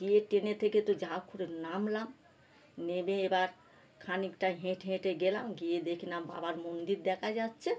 গিয়ে ট্রেনে থেকে তো যাহোক করে নামলাম নেমে এবার খানিকটা হেঁটে হেঁটে গেলাম গিয়ে দেখলাম বাবার মন্দির দেখা যাচ্ছে